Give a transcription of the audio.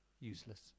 useless